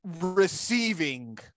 receiving